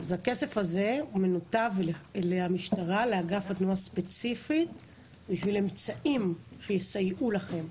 הכסף הזה מנותב ספציפית לאגף התנועה במשטרה בשביל אמצעים שיסייעו לכם.